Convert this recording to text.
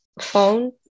phone